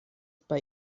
bei